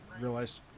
realized